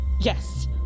Yes